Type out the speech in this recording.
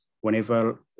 whenever